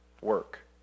work